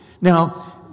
Now